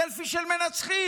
סלפי של מנצחים.